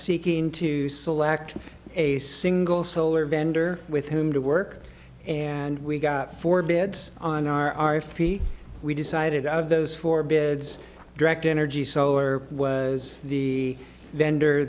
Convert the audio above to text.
seeking to select a single solar vendor with whom to work and we got four beds on our feet we decided out of those four beds direct energy solar was the vendor